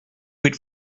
would